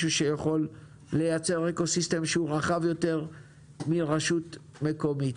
שיכול לייצר אקוסיסטם שהוא רחב יותר מרשות מקומית.